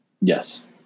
Yes